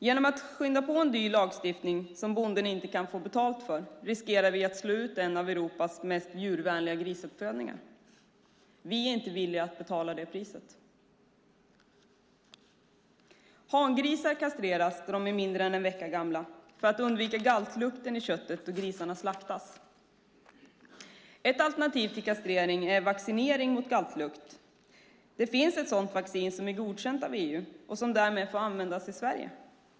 Genom att skynda på en dyr lagstiftning som bonden inte kan få betalt för riskerar vi att slå ut en av Europas mest djurvänliga grisuppfödningar. Vi är inte villiga att betala det priset. Hangrisar kastreras då de är mindre än en vecka gamla för att undvika galtlukten i köttet då grisarna slaktas. Ett alternativ till kastrering är vaccinering mot galtlukt. Det finns ett sådant vaccin som är godkänt av EU och som därmed får användas i Sverige.